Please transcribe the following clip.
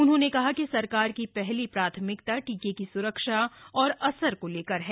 उन्होंने कहा कि सरकार की पहली प्राथमिकता टीके की स्रक्षा और असर को लेकर है